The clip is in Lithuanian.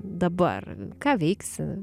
dabar ką veiksi